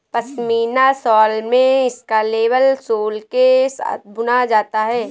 pashmina shawl में इसका label sole के साथ बुना जाता है